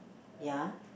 ya